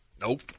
Nope